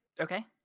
Okay